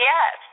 Yes